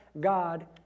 God